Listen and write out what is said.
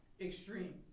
extreme